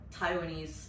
Taiwanese